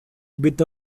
with